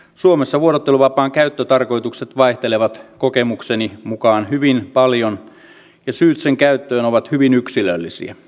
suomessa vuorotteluvapaan käyttötarkoitukset vaihtelevat kokemukseni mukaan hyvin paljon ja syyt sen käyttöön ovat hyvin yksilöllisiä